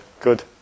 Good